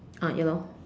ah ya lor